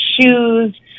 shoes